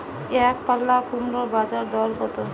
একপাল্লা কুমড়োর বাজার দর কত?